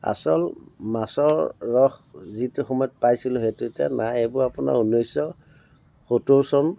আচল মাছৰ ৰস যিটো সময়ত পাইছিলোঁ সেইটো এতিয়া নাই সেইবোৰ আপোনাৰ ঊনৈছশ সত্তৰ চন